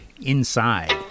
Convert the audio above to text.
Inside